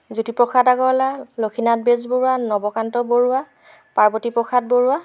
Jyotiprasad Agarwala Lakshminath Bezbaroa Nabakanta Barua Parbati Prasad Barua